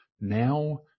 Now